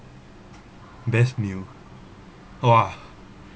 best meal !wah!